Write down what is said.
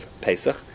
Pesach